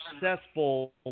successful